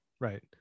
Right